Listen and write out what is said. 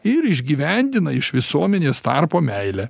ir išgyvendina iš visuomenės tarpo meilę